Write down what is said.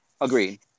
Agreed